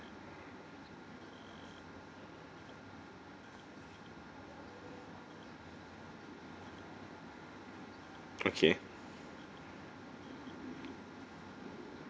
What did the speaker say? okay